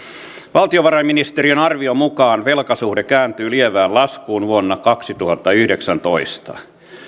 valtiovarainministeriön arvion mukaan velkasuhde kääntyy lievään laskuun vuonna kaksituhattayhdeksäntoista